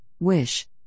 wish